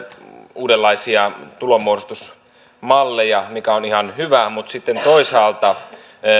uudenlaisia tulonmuodostusmalleja mikä on ihan hyvä mutta sitten toisaalta